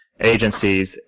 Agencies